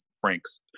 Frank's